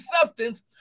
substance